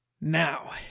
Now